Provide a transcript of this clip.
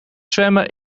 zwemmen